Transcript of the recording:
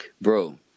Bro